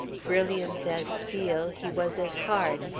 brilliant as steel, he was as hard,